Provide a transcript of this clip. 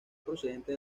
procedente